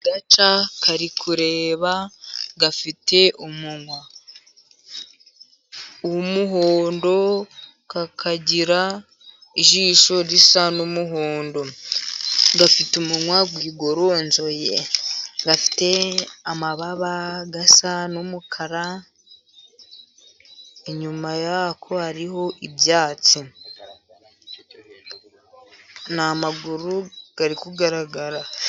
Agaca karikureba gafite umunwa w' umuhondo, kakagira ijisho risa n' umuhondo, gafite umunwa wigoronzoye, gafite amababa asa n' umukara. Inyuma yako hariho ibyatsi n' amaguru ari kugaragara.